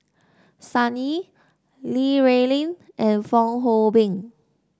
Sun Yee Li Rulin and Fong Hoe Beng